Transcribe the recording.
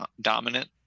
dominant